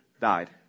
died